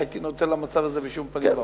לא הייתי נותן למצב הזה בשום פנים ואופן,